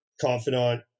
confidant